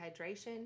hydration